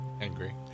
Angry